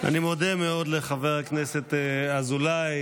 אני מודה מאוד לחבר הכנסת אזולאי,